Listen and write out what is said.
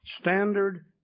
Standard